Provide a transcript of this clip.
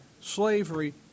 slavery